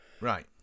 Right